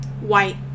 White